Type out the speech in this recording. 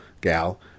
gal